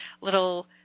little